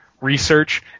research